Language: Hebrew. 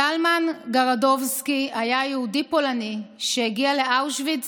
זלמן גרדובסקי היה יהודי פולני שהגיע לאושוויץ